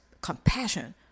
compassion